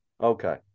Okay